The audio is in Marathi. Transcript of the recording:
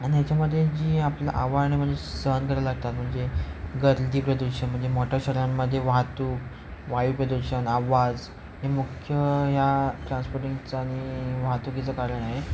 आणि ह्याच्यामध्ये जी आपलं आव्हाने म्हणजे सहन करायला लागतात म्हणजे गर्दी प्रदूषण म्हणजे मोठ्या शहरांमध्ये वाहतूक वायुप्रदूषण आवाज हे मुख्य या ट्रान्सपोर्टिंगचं आणि वाहतुकीचं कारण आहे